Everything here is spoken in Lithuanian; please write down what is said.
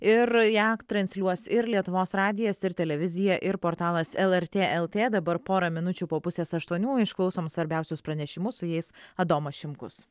ir ją transliuos ir lietuvos radijas ir televizija ir portalas lrt lt dabar porą minučių po pusės aštuonių išklausom svarbiausius pranešimus su jais adomas šimkus